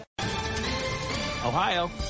ohio